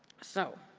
so